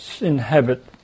inhabit